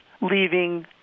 leaving